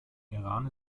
iran